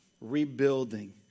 Rebuilding